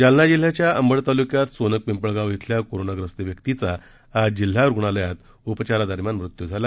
जालना जिल्ह्याच्या अंबड तालुक्यात सोनकपिंपळगाव इथल्या कोरोनाग्रस्त व्यक्तीचा आज जिल्हा रुग्णालयात उपचारादरम्यान मृत्यू झाला